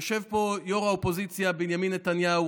יושב פה ראש האופוזיציה בנימין נתניהו,